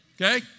Okay